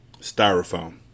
Styrofoam